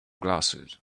glasses